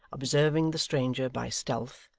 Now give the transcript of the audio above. observing the stranger by stealth,